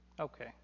Okay